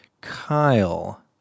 Kyle